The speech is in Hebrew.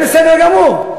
זה בסדר גמור.